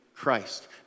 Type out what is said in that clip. Christ